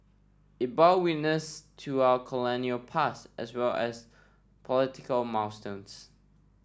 it bore witness to our colonial past as well as political milestones